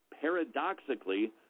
paradoxically